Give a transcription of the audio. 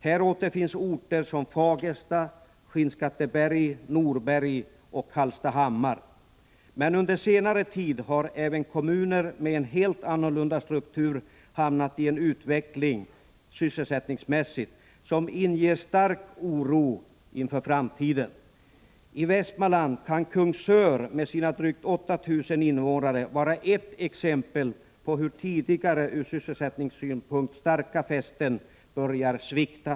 Här återfinns orter som Fagersta, Skinnskatteberg, Norberg och Hallstahammar. Under senare tid har emellertid även kommuner med en helt annorlunda struktur hamnat i en utveckling, sysselsättningsmässigt, som inger stark oro inför framtiden. I Västmanland kan Kungsörs kommun med sina drygt 8 000 invånare tjäna som ett exempel på hur tidigare ur sysselsättningssynpunkt starka fästen börjar svikta.